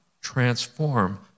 transform